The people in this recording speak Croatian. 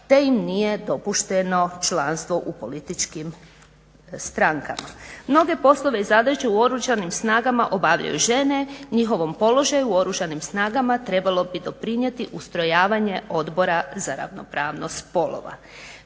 te im nije dopušteno članstvu u političkim strankama. Mnoge poslove i zadaće u Oružanim snagama obavljaju žene, njihovom položaju u Oružanim snagama trebalo bi doprinijeti ustrojavanje Odbora za ravnopravnost spolova.